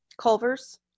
Culver's